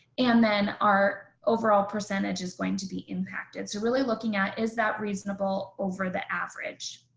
and then our overall percentage is going to be impacted. so really looking at is that reasonable over the average?